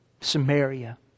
Samaria